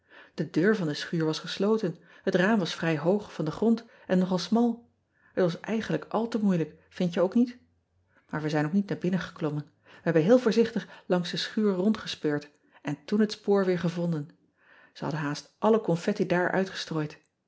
e deur van de schuur was gesloten het raam was vrij hoog van den den grond en nogal smal et was eigenlijk al te moeilijk vind je ook niet aar we zijn ook niet naar binnen geklommen e hebben heel voorzichtig langs de schuur rondgespeurd en toen het spoor weer gevonden e hadden haast alle confetti daar uitgestrooid